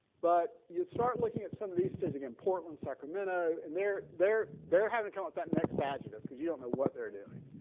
but you'd start looking at some of these sitting in portland sacramento and there there. their having to come up with that next adjective because you don't know what they're doing